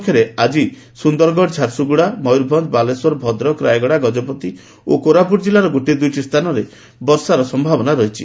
ତେବେ ଆକି ସୁନ୍ଦରଗଡ଼ ଝାରସୁଗୁଡ଼ା ମୟୂରଭଞ୍ଞ ବାଲେଶ୍ୱର ଭଦ୍ରକ ରାୟଗଡ଼ା ଗଜପତି ଓ କୋରାପୁଟ ଜିଲ୍ଲାର ଗୋଟିଏ ଦୁଇଟି ସ୍ଥାନରେ ବର୍ଷାର ସମ୍ଭାବନା ରହିଛି